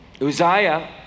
Uzziah